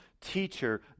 Teacher